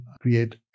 create